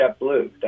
JetBlue